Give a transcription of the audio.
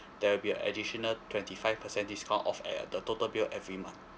there will be additional twenty five percent discount off at the total bill every month